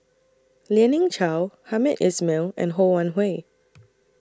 Lien Ying Chow Hamed Ismail and Ho Wan Hui